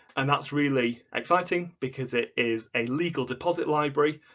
and that's really exciting because it is a legal deposit library,